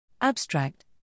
abstract